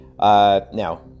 Now